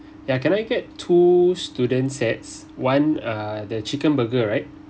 ya can I get two student sets one uh the chicken burger right